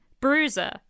Bruiser